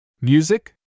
Music